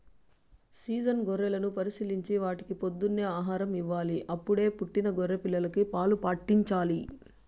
season గొర్రెలను పరిశీలించి వాటికి పొద్దున్నే ఆహారం ఇవ్వాలి, అప్పుడే పుట్టిన గొర్రె పిల్లలకు పాలు పాట్టించాలి